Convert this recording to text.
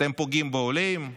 אתם פוגעים בעולים,